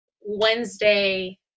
Wednesday